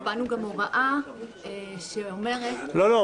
קבענו הוראה שאומרת שאם --- לא,